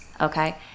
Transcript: okay